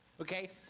okay